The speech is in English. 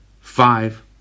Five